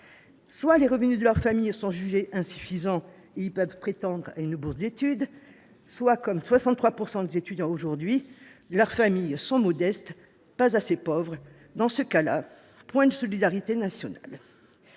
Soit les revenus de leur famille sont jugés insuffisants et ils peuvent prétendre à une bourse d’études, soit, comme 63 % des étudiants à l’heure actuelle, leur famille est modeste, mais pas assez pauvre… Dans ce cas, point de solidarité nationale